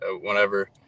Whenever